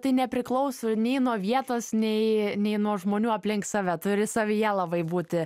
tai nepriklauso nei nuo vietos nei nei nuo žmonių aplink save turi savyje labai būti